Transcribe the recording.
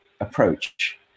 approach